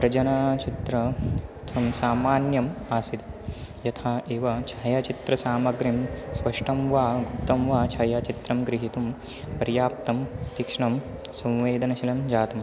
प्रधानाचित्रत्वं सामान्यम् आसीत् यथा एव छायाचित्रसामग्रिं स्पष्टं वा उक्तं वा छायाचित्रं ग्रहितुं पर्याप्तं तीक्ष्णं संवेदनशीलं जातम्